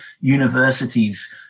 universities